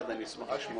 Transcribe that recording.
שני